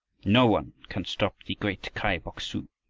no one can stop the great kai boksu,